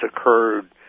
occurred